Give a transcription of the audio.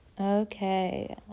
Okay